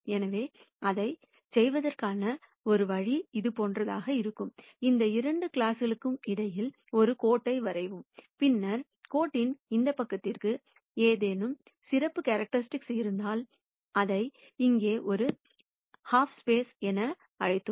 எனவே அதைச் செய்வதற்கான ஒரு வழி இதுபோன்றதாக இருக்கும் இந்த இரண்டு கிளாஸ்ஸஸ்களுக்கிடையில் ஒரு கோட்டை வரையவும் பின்னர் கோட்டின் இந்த பக்கத்திற்கு ஏதேனும் சிறப்பியல்பு இருந்தால் அதை இங்கே ஒரு ஹாப் ஸ்பேஸ் என அழைத்தோம்